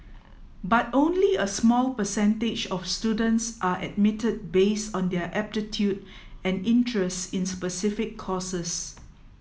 but only a small percentage of students are admitted based on their aptitude and interests in specific courses